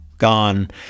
gone